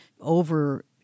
over